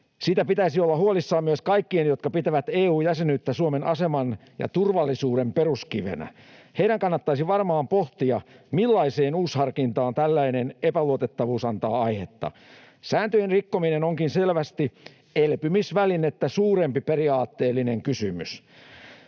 Siitä pitäisi olla huolissaan myös kaikkien, jotka pitävät EU-jäsenyyttä Suomen aseman ja turvallisuuden peruskivenä. Heidän kannattaisi varmaan pohtia, millaiseen uusharkintaan tällainen epäluotettavuus antaa aihetta. Sääntöjen rikkominen onkin selvästi elpymisvälinettä suurempi periaatteellinen kysymys.